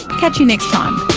catch you next time